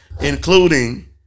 including